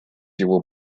его